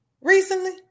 recently